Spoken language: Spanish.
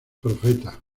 profeta